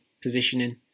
positioning